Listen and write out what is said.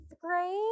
grade